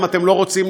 אם אתם לא רוצים,